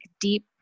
deep